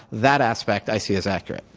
that aspect i see as accurate.